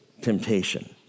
temptation